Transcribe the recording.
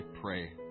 pray